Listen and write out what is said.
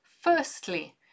Firstly